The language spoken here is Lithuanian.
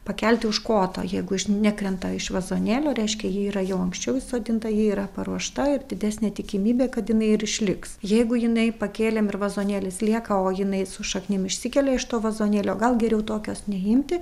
pakelti už koto jeigu iš nekrenta iš vazonėlio reiškia ji yra jau anksčiau įsodinta ji yra paruošta ir didesnė tikimybė kad jinai ir išliks jeigu jinai pakėlėm ir vazonėlis lieka o jinai su šaknim išsikelia iš to vazonėlio gal geriau tokios neimti